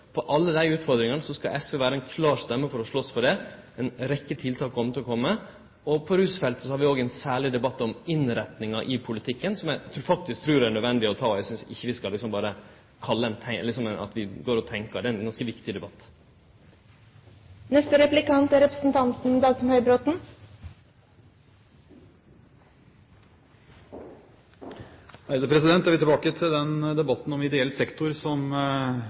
gjeld alle dei utfordringane, skal SV vere ei klar stemme for å slåst for å møte dei. Ei rekkje tiltak kjem til å kome, og på rusfeltet har vi òg ein særleg debatt om innretninga i politikken, som eg faktisk trur det er nødvendig å ta. Eg synest ikkje vi berre skal gå og tenkje – det er ein viktig debatt. Jeg vil tilbake til den debatten om ideell sektor som